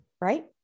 Right